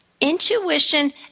intuition